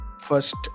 first